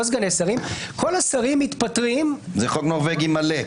לא סגני שרים מתפטרים --- זה חוק נורבגי מלא.